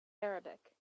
arabic